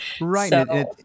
Right